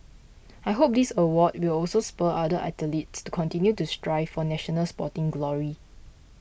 I hope this award will also spur other athletes to continue to strive for national sporting glory